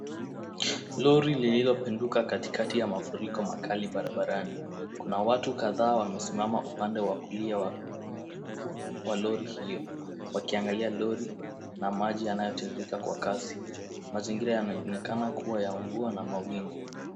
Lori lililopenduka katikati ya mafuriko makali barabarani. Kuna watu kadhaa wamesimama upande wa kulia wa lori hiyo wakiangalia lori na maji yanayotiririka kwa kasi. Mazingira yanaonekana kuwa ya mvua na mawingu.